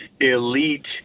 elite